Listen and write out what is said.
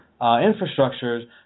infrastructures